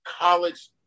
college